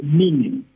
meaning